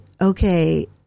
Okay